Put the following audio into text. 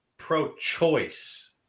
pro-choice